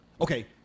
okay